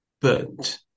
burnt